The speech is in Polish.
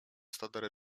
stada